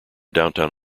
downtown